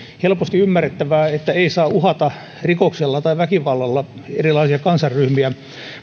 helposti ymmärrettävää että ei saa uhata rikoksella tai väkivallalla erilaisia kansanryhmiä